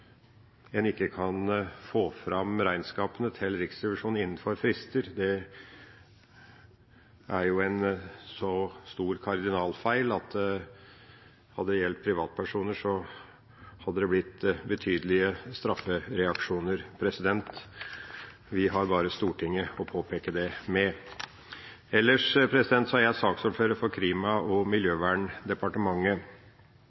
en ikke kan få fram regnskapene til Riksrevisjonen innenfor frister. Det er en så stor kardinalfeil at hadde det gjeldt privatpersoner, hadde det blitt betydelige straffereaksjoner. Vi har bare Stortinget å påpeke det med. Ellers er jeg saksordfører for det som gjelder Klima- og